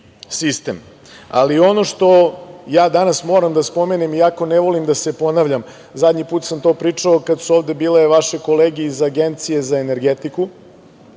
Ali ono što danas moram da spomenem, iako ne volim da se ponavljam, zadnji put sam to pričao kad su ovde bile vaše kolege iz Agencije za energetiku.